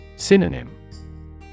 Synonym